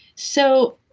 so,